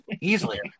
easily